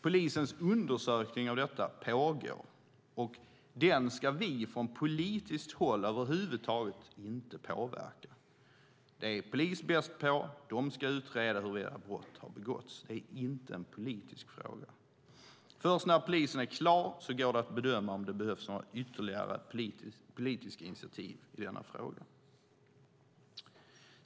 Polisens undersökning av detta pågår, och den ska vi från politiskt håll över huvud taget inte påverka. Det är polis bäst på. De ska utreda huruvida brott har begåtts. Det är inte en politisk fråga. Först när polisen är klar går det att bedöma om det behövs några ytterligare politiska initiativ i denna fråga.